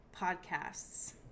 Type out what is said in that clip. podcasts